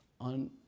on